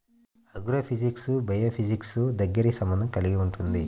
agrophysics బయోఫిజిక్స్తో దగ్గరి సంబంధం కలిగి ఉంటుంది